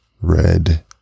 red